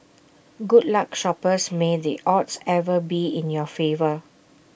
good luck shoppers may the odds ever be in your favour